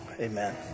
Amen